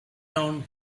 down